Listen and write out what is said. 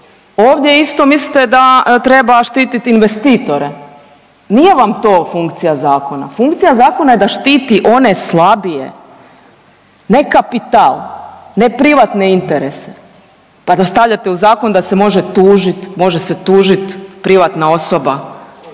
Ovdje isto mislite da treba štititi investitore. Nije vam to funkcija zakona, funkcija zakona je da štiti one slabije, ne kapital, ne privatne interese, pa da stavljate u zakon da se može tužit, može se